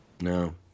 No